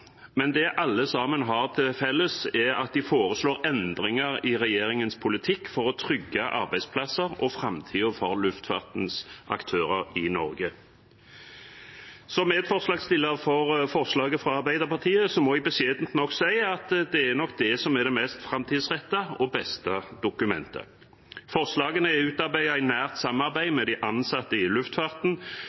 men det alle sammen har til felles, er at de foreslår endringer i regjeringens politikk for å trygge arbeidsplasser og framtiden for luftfartens aktører i Norge. Som medforslagsstiller for forslaget fra Arbeiderpartiet må jeg beskjedent nok si at det er nok det som er det mest framtidsrettede og beste dokumentet. Forslagene er utarbeidet i nært samarbeid med de ansatte i luftfarten